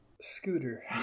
Scooter